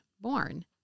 born